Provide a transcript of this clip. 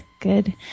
Good